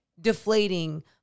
deflating